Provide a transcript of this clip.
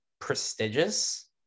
prestigious